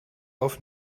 auf